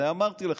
הרי אמרתי לכם,